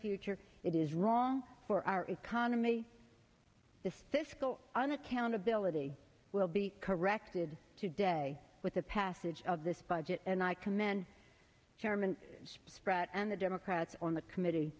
future it is wrong for our economy the fiscal unaccountability will be corrected today with the passage of this budget and i commend chairman spratt and the democrats on the committee